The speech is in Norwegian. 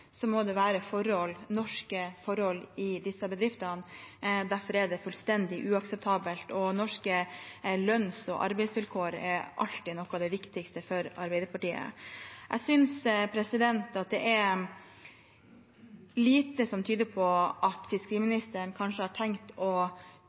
må det være norske lønns- og arbeidsvilkår i disse bedriftene; derfor er dette fullstendig uakseptabelt. Norske lønns- og arbeidsvilkår har alltid vært noe av det viktigste for Arbeiderpartiet. Jeg synes det er lite som tyder på at